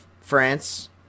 France